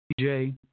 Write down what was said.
DJ